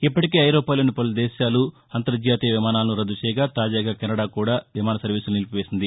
ఇప్పటికే ఐరోపాలోని పలు దేశాలు అంతర్జాతీయ విమానాలను రద్దుచేయగా తాజాగా కెనడా కూడా విమాన సర్వీసులను నిలిపివేసింది